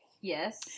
Yes